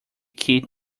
kit